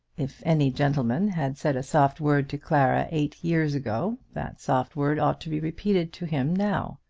if any gentleman had said a soft word to clara eight years ago, that soft word ought to be repeated to him now.